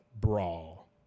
brawl